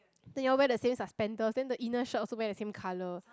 then you all wear the same suspenders then the inner shirt also wear the same colour